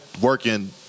working